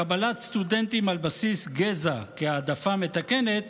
שקבלת סטודנטים על בסיס גזע כהעדפה מתקנת